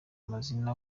amazina